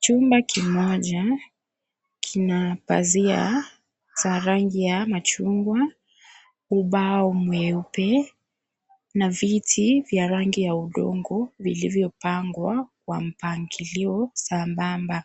Chumba kimoja kinapazia za rangi ya machungwa, ubao mweupe na viti vya rangi ya udongo vilivyopangwa kwa mpangilio sambamba.